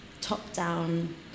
top-down